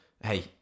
hey